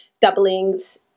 doublings